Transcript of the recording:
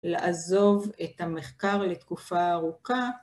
‫לעזוב את המחקר לתקופה ארוכה.